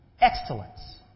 excellence